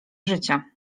życia